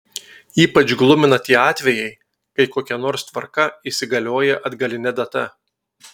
ypač glumina tie atvejai kai kokia nors tvarka įsigalioja atgaline data